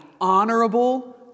honorable